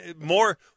more